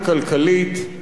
אנטי-העם בישראל.